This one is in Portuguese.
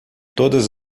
todas